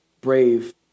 brave